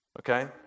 okay